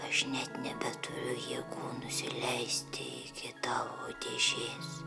aš net nebeturiu jėgų nusileisti iki tavo dėžės